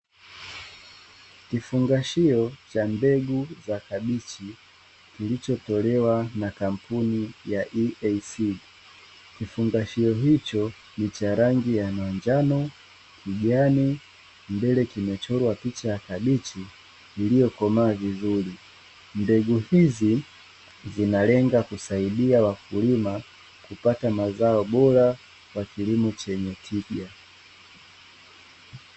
Kifungashio cha mbegu za kabichi kilichotolewa na kampuni ya "eac" kifungashio hicho ni cha rangi ya manjano ,kijani mbele kimechorwa picha ya kabichi iliyokomaa vizuri. Mbegu hizi zinalenga kusaidia wakulima kupata mazao bora kwa kilimo chenye tija.